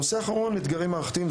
נושא אחרון, אתגרים מערכתיים.